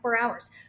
hours